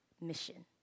mission